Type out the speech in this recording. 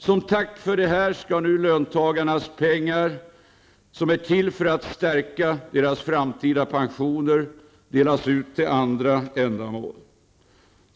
Som tack för detta skall nu löntagarnas pengar, som är till för att stärka deras framtida pensioner, delas ut till andra ändamål.